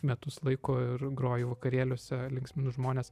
metus laiko ir groju vakarėliuose linksminu žmones